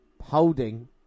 holding